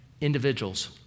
individuals